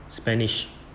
spanish